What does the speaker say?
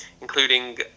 including